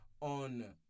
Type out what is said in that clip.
on